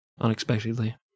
unexpectedly